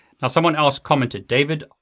now someone else commented, david,